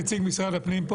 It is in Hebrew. הפנים?